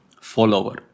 follower